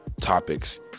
topics